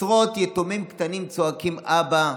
עשרות יתומים קטנים צועקים "אבא",